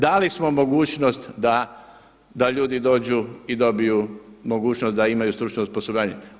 Dali smo mogućnost da ljudi dođu i dobiju mogućnosti da imaju stručno osposobljavanje.